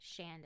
Shanda